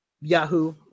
Yahoo